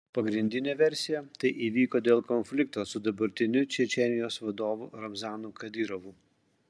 pagrindinė versija tai įvyko dėl konflikto su dabartiniu čečėnijos vadovu ramzanu kadyrovu